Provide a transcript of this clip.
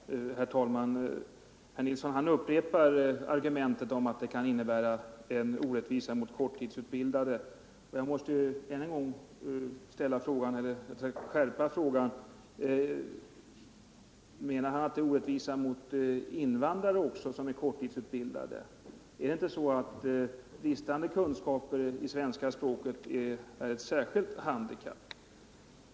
Nr 120 Herr talman! Herr Nilsson i Norrköping upprepar argumentet att vårt Onsdagen den förslag kan innebära en orättvisa mot korttidsutbildade. Jag måste då 13 november 1974 skärpa frågan: Menar herr Nilsson att det är en orättvisa också mot invandrare som är korttidsutbildade? Är det inte så att bristande kunskaper — Studiemedel för i svenska språket är ett särskilt handikapp?